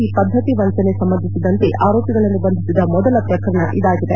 ಈ ಪದ್ಧತಿ ವಂಚನೆ ಸಂಬಂಧಿಸಿದಂತೆ ಆರೋಪಿಗಳನ್ನು ಬಂಧಿಸಿದ ಮೊದಲ ಪ್ರಕರಣ ಇದಾಗಿದೆ